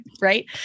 right